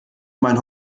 meinen